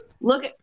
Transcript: Look